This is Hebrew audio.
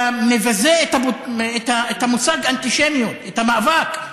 אתה מבזה את המושג אנטישמיות, את המאבק.